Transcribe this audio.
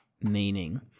Meaning